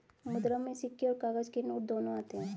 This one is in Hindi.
मुद्रा में सिक्के और काग़ज़ के नोट दोनों आते हैं